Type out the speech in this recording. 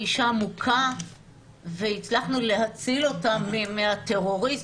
אישה מוכה והצלחנו להציל אותה מהטרוריסט,